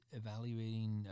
evaluating